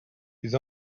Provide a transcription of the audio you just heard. bydd